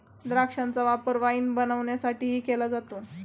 द्राक्षांचा वापर वाईन बनवण्यासाठीही केला जातो